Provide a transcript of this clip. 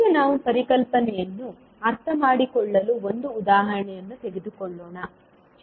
ಈಗ ನಾವು ಪರಿಕಲ್ಪನೆಯನ್ನು ಅರ್ಥಮಾಡಿಕೊಳ್ಳಲು ಒಂದು ಉದಾಹರಣೆಯನ್ನು ತೆಗೆದುಕೊಳ್ಳೋಣ